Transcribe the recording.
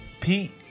Pete